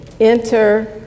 enter